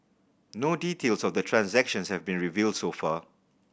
no details of the transaction have been revealed so far